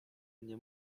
mnie